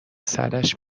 سرش